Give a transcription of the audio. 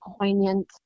poignant